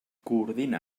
coordina